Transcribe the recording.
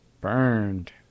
Burned